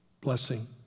blessing